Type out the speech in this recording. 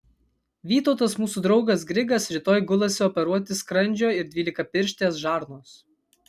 vytautas mūsų draugas grigas rytoj gulasi operuoti skrandžio ir dvylikapirštės žarnos